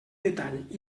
detall